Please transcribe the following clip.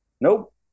nope